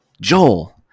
Joel